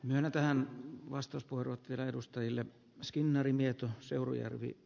myönnetään vasta sportin edustajille skinnari mieto seurujärvi